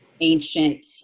ancient